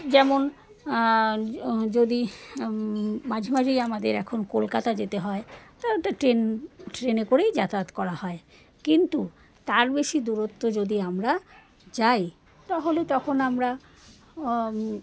যেমন যদি মাঝে মাাঝেই আমাদের এখন কলকাতা যেতে হয় তাহলে তো ট্রেন ট্রেনে করেই যাতায়াত করা হয় কিন্তু তার বেশি দূরত্ব যদি আমরা যাই তাহলে তখন আমরা